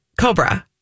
cobra